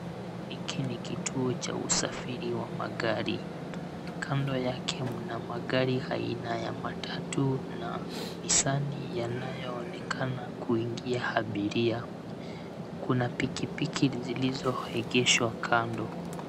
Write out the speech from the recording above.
Hiki ni kituo cha usafiri wa magari. Kando yake mna magari aina ya matatu na nisani yanayoonekana kuingia abiria. Kuna pikipiki zilizoegeshwa kando.